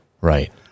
Right